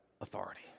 authority